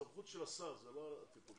זה סמכות של השר, זה לא הטיפול שלנו.